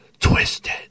Twisted